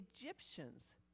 Egyptians